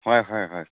হয় হয় হয়